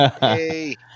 Hey